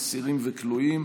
אסירים וכלואים),